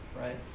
right